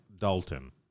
Dalton